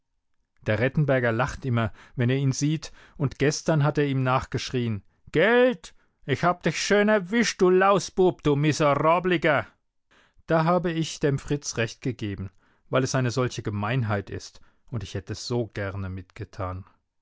der rettenberger lacht immer wenn er ihn sieht und gestern hat er ihm nachgeschrien gelt ich hab dich schön erwischt du lausbub du miserabliger da hab ich denn fritz recht gegeben weil es eine solche gemeinheit ist und ich hätte so gerne mitgetan